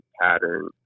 pattern